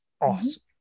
awesome